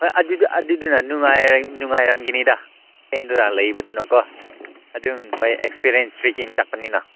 ꯍꯣꯏ ꯑꯗꯨꯗꯨꯅ ꯅꯨꯡꯉꯥꯏꯔꯝꯒꯅꯤꯗ ꯂꯦꯡꯗꯅ ꯂꯩꯕꯗꯨꯅꯀꯣ ꯑꯗꯨꯝ ꯍꯣꯏ ꯑꯦꯛꯁꯄꯤꯔꯦꯟꯁ ꯇ꯭ꯔꯦꯀꯤꯡ ꯆꯠꯄꯅꯤꯅ